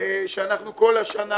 שאנחנו כל השנה